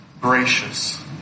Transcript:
gracious